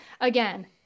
again